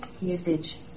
Usage